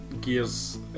Gears